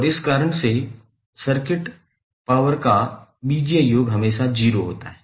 और इस कारण से सर्किट पॉवर का बीजीय योग हमेशा 0 होता है